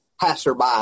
passerby